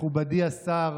מכובדי השר,